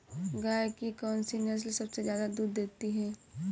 गाय की कौनसी नस्ल सबसे ज्यादा दूध देती है?